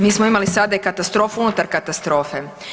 Mi smo imali i sada katastrofu unutar katastrofe.